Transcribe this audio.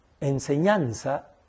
enseñanza